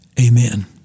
Amen